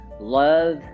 love